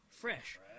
fresh